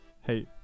hey